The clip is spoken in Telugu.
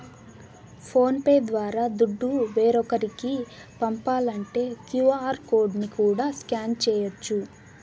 ఫోన్ పే ద్వారా దుడ్డు వేరోకరికి పంపాలంటే క్యూ.ఆర్ కోడ్ ని కూడా స్కాన్ చేయచ్చు